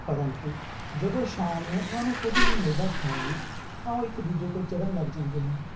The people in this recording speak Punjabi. ਪਰੰਤੂ ਜਦੋਂ ਸ਼ਾਮ ਨੂੰ ਉਹਨਾਂ ਨੂੰ ਕੁਝ ਨਹੀਂ ਮਿਲਦਾ ਖਾਣ ਨੂੰ ਤਾਂ ਇੱਕ ਦੂਜੇ ਤੋਂ ਚਿੜਨ ਲੱਗ ਜਾਂਦੇ ਹਨ